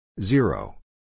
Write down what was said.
Zero